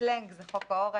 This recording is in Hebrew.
בסלנג הוא נקרא חוק העורף,